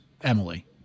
emily